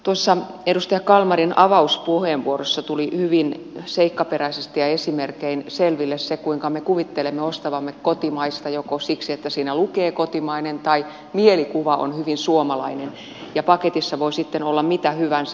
tuossa edustaja kalmarin avauspuheenvuorossa tuli hyvin seikkaperäisesti ja esimerkein selville se kuinka me kuvittelemme ostavamme kotimaista joko siksi että siinä lukee kotimainen tai mielikuva on hyvin suomalainen ja paketissa voi sitten olla mitä hyvänsä